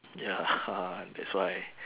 ya that's why